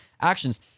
actions